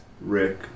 Rick